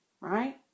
right